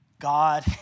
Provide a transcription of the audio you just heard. God